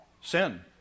sin